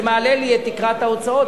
זה מעלה לי את תקרת ההוצאות,